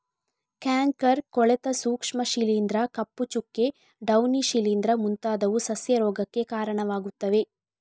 canker, ಕೊಳೆತ ಸೂಕ್ಷ್ಮ ಶಿಲೀಂಧ್ರ, ಕಪ್ಪು ಚುಕ್ಕೆ, ಡೌನಿ ಶಿಲೀಂಧ್ರ ಮುಂತಾದವು ಸಸ್ಯ ರೋಗಕ್ಕೆ ಕಾರಣವಾಗುತ್ತವೆ